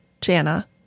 Jana